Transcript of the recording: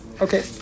Okay